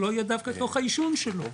לא יהיה דווקא בתוך העישון שלו,